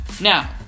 Now